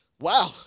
wow